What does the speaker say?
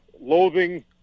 loathing